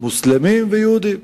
מוסלמים ויהודים,